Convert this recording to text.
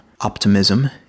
optimism